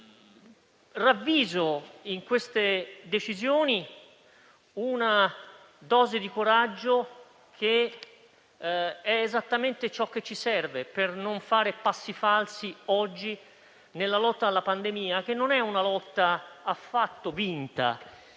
Ravviso in queste decisioni una dose di coraggio, che è esattamente ciò che ci serve per non fare passi falsi oggi nella lotta alla pandemia, che non è affatto vinta.